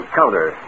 counter